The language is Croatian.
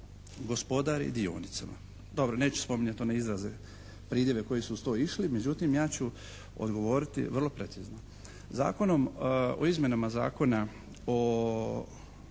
gospodari dionicama. Dobro neću spominjati one izraze, pridjeve koji su uz to išli, međutim ja ću odgovoriti vrlo precizno. Zakonom o izmjenama i dopunama